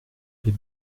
les